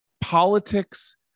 Politics